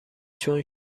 چون